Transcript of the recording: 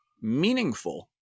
meaningful